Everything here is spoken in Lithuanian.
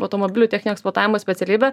automobilių techninio eksploatavimo specialybę